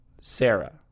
Sarah